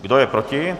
Kdo je proti?